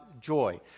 joy